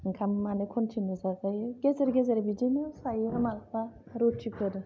ओंखामखौनो कन्टिनिउ जाजायो गेजेर गेजेर बिदिनो जायो मालाबा रुटिफोर